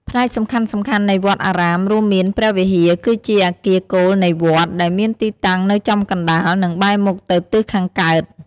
ផ្នែកសំខាន់ៗនៃវត្តអារាមរួមមានព្រះវិហារ គឺជាអគារគោលនៃវត្ត ដែលមានទីតាំងនៅចំកណ្តាល និងបែរមុខទៅទិសខាងកើត។